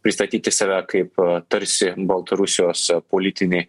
pristatyti save kaip tarsi baltarusijos politinį